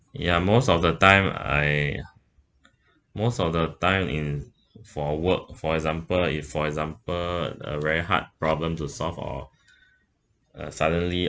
ya most of the time I most of the time in for work for example if for example a very hard problem to solve or uh suddenly